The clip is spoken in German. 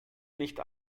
nicht